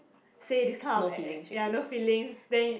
say this kind of eh there are no feelings then